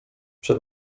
przed